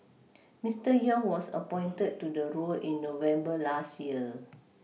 Mister Yong was appointed to the role in November last year